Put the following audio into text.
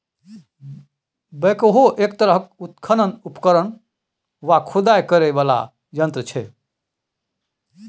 backhoe एक तरहक उत्खनन उपकरण वा खुदाई करय बला यंत्र छै